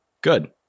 good